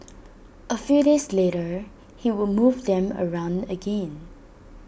A few days later he would move them around again